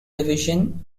division